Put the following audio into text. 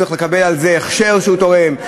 צריך לקבל על זה הכשר שהוא תורם,